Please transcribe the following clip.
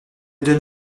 donne